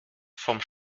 vom